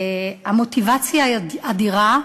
המוטיבציה היא אדירה,